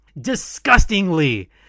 disgustingly